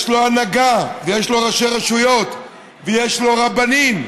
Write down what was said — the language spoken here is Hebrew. יש לו הנהגה, יש לו ראשי רשויות ויש לו רבנים.